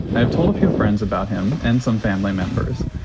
i've told a few friends about him and some family members.